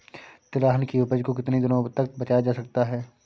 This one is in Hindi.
तिलहन की उपज को कितनी दिनों तक बचाया जा सकता है?